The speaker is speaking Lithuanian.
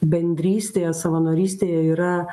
bendrystėje savanorystėje yra